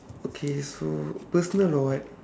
okay so personal or what